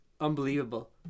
unbelievable